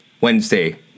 wednesday